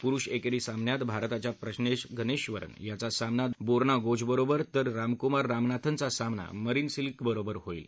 पुरुष एकेरी सामन्यात भारताच्या प्रज्नेश गन्नेबरन याचा सामना बोर्ना गोजोबरोबर तर रामकुमार रामनथनचा सामना मारिन सिलिकबरोबर होईल